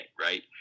right